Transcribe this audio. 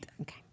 Okay